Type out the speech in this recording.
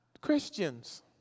Christians